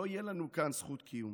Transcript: לא תהיה לנו כאן זכות קיום.